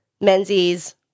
Menzies